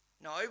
No